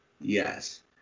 Yes